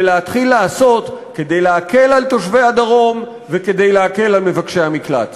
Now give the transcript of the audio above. ולהתחיל לעשות כדי להקל על תושבי הדרום וכדי להקל על מבקשי המקלט.